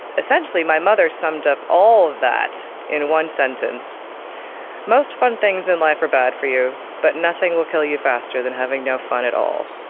essentially my mother summed up all of that in one sentence most fun things in life are bad for you, but nothing will kill you faster than having no fun at all.